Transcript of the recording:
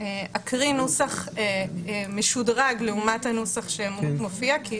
אני אקרא נוסח משודרג לעומת הנוסח שמופיע.